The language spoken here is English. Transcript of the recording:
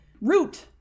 Root